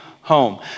home